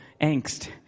angst